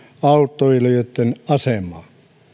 autoilijoitten asemaa